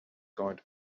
going